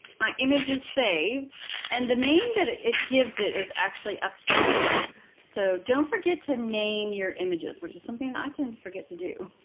my image is saved and the name that it it gives it is actually up here so don't forget to name your images which is something that i tend to forget to do.